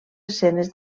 escenes